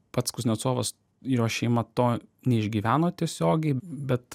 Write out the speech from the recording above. pats kuznecovas jo šeima to neišgyveno tiesiogiai bet